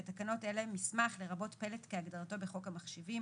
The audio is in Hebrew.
בתקנות אלה "מסמך" לרבות פלט כהגדרתו בחוק המחשבים,